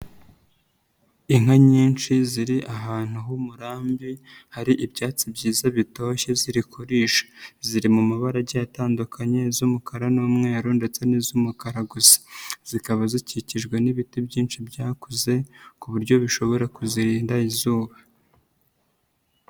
Inka nyinshi ziri ahantu h'umurambi hari ibyatsi byiza bitoshye ziri kurisha, ziri mu mabara agiye atandukanye iz'umukara n'umweru ndetse n'iz'umukara gusa, zikaba zikikijwe n'ibiti byinshi byakuze ku buryo bishobora kuzirinda izuba.